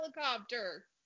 helicopter